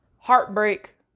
heartbreak